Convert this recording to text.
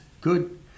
good